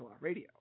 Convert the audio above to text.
Radio